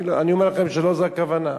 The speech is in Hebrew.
אני אומר לכם שלא זו הכוונה.